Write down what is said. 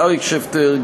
אריק שפטר,